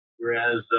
whereas